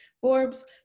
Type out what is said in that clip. Forbes